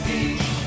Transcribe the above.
Beach